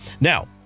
Now